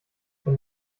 wenn